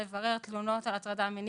לברר תלונות על הטרדה מינית,